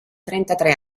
trentatré